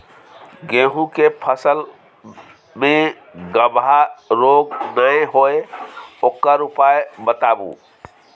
गेहूँ के फसल मे गबहा रोग नय होय ओकर उपाय बताबू?